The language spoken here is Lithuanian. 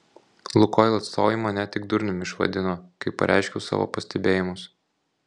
lukoil atstovai mane tik durniumi išvadino kai pareiškiau savo pastebėjimus